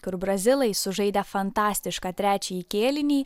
kur brazilai sužaidė fantastišką trečiąjį kėlinį